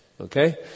okay